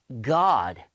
God